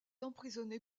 emprisonné